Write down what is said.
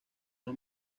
los